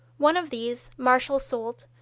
one of these, marshal soult,